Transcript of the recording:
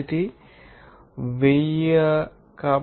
కాబట్టి మీరు ఈ మాస్ ఫ్లో రేటును ఇక్కడ ప్రత్యామ్నాయం చేస్తే